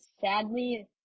sadly